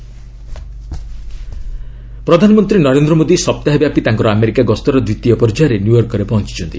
PM UN ପ୍ରଧାନମନ୍ତ୍ରୀ ନରେନ୍ଦ୍ର ମୋଦି ସପ୍ତାହେ ବ୍ୟାପୀ ତାଙ୍କର ଆମେରିକା ଗସ୍ତର ଦ୍ୱିତୀୟ ପର୍ଯ୍ୟାୟରେ ନ୍ୟୁୟର୍କରେ ପହଞ୍ଚଛନ୍ତି